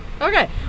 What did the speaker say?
Okay